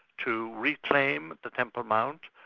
to reclaim the temple mount,